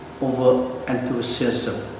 over-enthusiasm